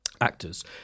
Actors